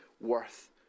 worth